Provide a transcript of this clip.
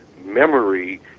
memory